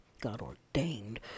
God-ordained